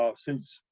um since,